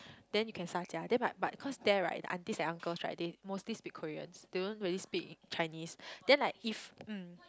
then you can 调价 then but but cause there right the aunties and uncles right they mostly speak Koreans they don't really speak in Chinese then like if mm